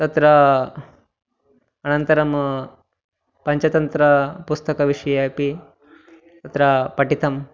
तत्र अनन्तरं पञ्चतन्त्रपुस्तकविषये अपि तत्र पठितं